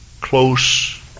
close